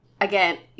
Again